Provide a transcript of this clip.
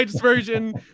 version